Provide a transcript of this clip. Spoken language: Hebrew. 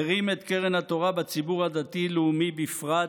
הרים את קרן התורה בציבור הדתי לאומי בפרט,